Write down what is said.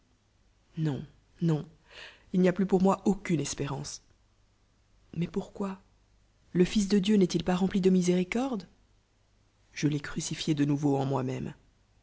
nôn non il n a plus pour moi aucune içapétadœ o mail pourquoi le fili'de dieu n'est-il pas rempli de miséricorde je rai crucifié de nouveaa en moi-même